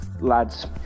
lads